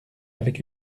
avec